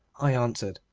i answered.